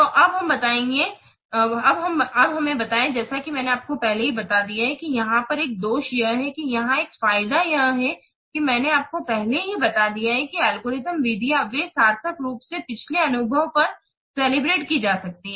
तो अब हमें बताएं जैसा कि मैंने आपको पहले ही बता दिया है कि यहाँ पर एक दोष यह है कि यहाँ एक फायदा यह है कि मैंने आपको पहले ही बता दिया है कि एल्गोरिथम विधियाँ वे सार्थक रूप से पिछले अनुभव पर कैलिब्रेट की जा सकती हैं